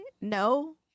no